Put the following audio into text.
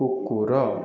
କୁକୁର